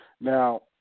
Now